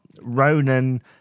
ronan